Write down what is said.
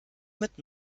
mit